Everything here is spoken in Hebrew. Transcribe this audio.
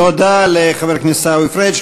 תודה לחבר הכנסת עיסאווי פריג'.